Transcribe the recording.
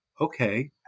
Okay